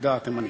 העדה התימנית.